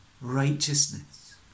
righteousness